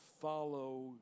follow